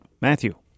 Matthew